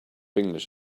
english